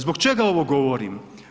Zbog čega ovo govorim?